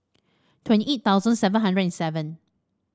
twenty eight thousand seven hundred and seven